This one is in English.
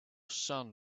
son